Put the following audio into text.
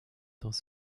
dans